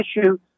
issue